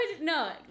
No